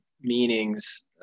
meanings